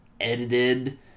edited